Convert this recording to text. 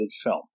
film